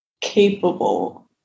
capable